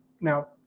now